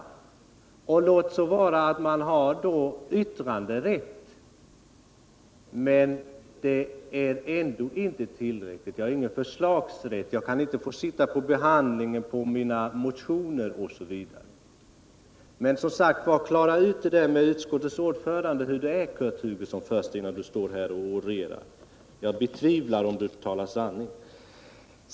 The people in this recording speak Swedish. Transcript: Låt vara att man då har yttranderätt, men det är ändå inte tillräckligt — jag har ingen förslagsrätt, jag kan inte delta i behandlingen av mina motioner OSV. Men, som sagt, klara först ut det rätta förhållandet med utskottets ordförande innan Kurt Hugosson står här och orerar. Jag betvivlar att Kurt Hugosson talar sanning.